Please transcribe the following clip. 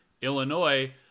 Illinois